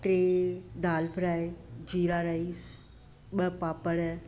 टे dal fry jeera rice ॿ पापड़